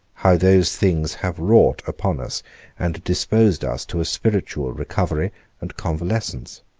how those things have wrought upon us and disposed us to a spiritual recovery and convalescence.